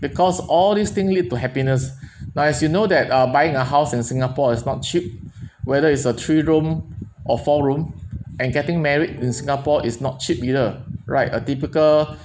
because all these thing lead to happiness now as you know that uh buying a house in singapore is not cheap whether is a three room or four room and getting married in singapore is not cheap either right a typical